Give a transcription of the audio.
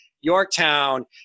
Yorktown